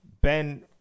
Ben